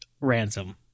ransom